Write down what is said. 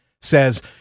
says